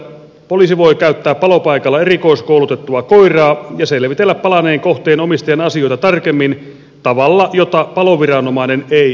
poliisi voi käyttää palopaikalla erikoiskoulutettua koiraa ja selvitellä palaneen kohteen omistajan asioita tarkemmin tavalla jota paloviranomainen ei voi tehdä